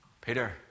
Peter